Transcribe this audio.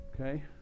Okay